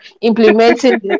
implementing